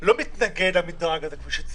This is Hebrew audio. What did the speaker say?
אני לא מתנגד למדרג הזה, כפי שציינת.